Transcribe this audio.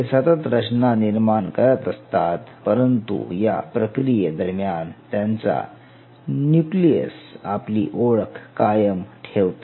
ते सतत रचना निर्माण करत असतात परंतु या प्रक्रियेदरम्यान त्यांचा न्यूक्लियस आपली ओळख कायम ठेवते